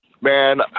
Man